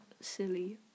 silly